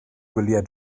gwyliau